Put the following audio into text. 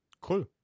Cool